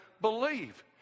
believe